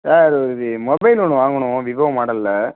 sir இது mobile ஒன்று வாங்கணும் விவோ மாடலில்